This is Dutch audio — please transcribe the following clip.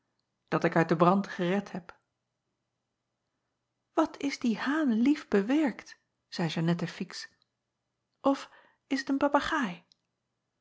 dat ik uit den brand gered heb at is die haan lief bewerkt zeî eannette ix of is t een papegaai